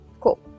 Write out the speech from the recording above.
Cool